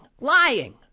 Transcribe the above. lying